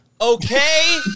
okay